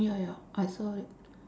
ya ya I saw it